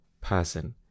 person